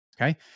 okay